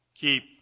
keep